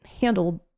handled